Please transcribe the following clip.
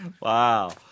Wow